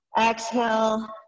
Exhale